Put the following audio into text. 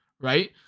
right